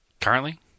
Currently